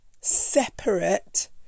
separate